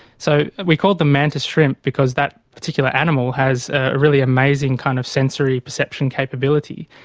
so we called them mantis shrimp because that particular animal has a really amazing kind of sensory perception capability,